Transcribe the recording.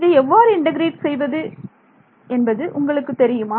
இதை எவ்வாறு இன்டெகிரேட் செய்வது என்பது உங்களுக்கு தெரியுமா